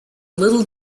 little